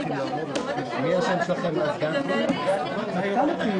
הנושאים על סדר היום הם בחירת סגנים זמניים